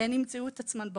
הן יימצאו את עצמן בחוץ.